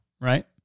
right